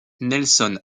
nelson